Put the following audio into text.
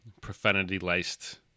profanity-laced